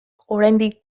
oraindik